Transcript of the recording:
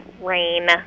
rain